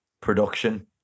production